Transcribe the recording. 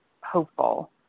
hopeful